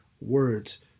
words